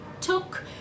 took